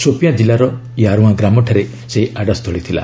ସୋପିଆଁ ଜିଲ୍ଲାର ୟାରଓ୍ବାଁ ଗ୍ରାମଠାରେ ସେହି ଆଡ୍ରାସ୍ଥଳୀ ଥିଲା